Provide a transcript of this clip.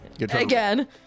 Again